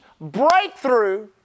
breakthrough